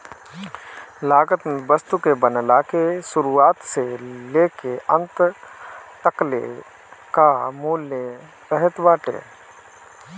लागत में वस्तु के बनला के शुरुआत से लेके अंत तकले कअ मूल्य रहत बाटे